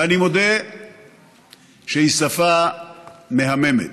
ואני מודה שהיא שפה מהממת.